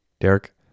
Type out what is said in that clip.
Derek